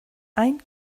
ein